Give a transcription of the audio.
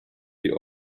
die